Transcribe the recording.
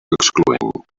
excloent